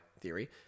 theory